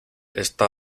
está